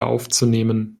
aufzunehmen